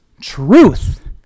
truth